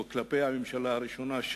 או כלפי הממשלה הראשונה,